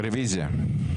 רביזיה.